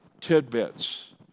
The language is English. tidbits